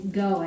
go